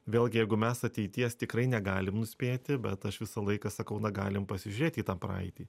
vėlgi jeigu mes ateities tikrai negalim nuspėti bet aš visą laiką sakau na galim pasižiūrėti į tą praeitį